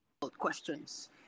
Questions